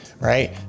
right